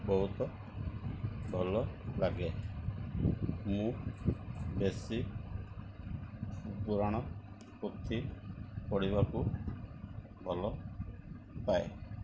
ବହୁତ ଭଲ ଲାଗେ ମୁଁ ବେଶୀ ପୁରାଣ ପୋଥି ପଢ଼ିବାକୁ ଭଲ ପାଏ